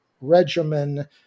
regimen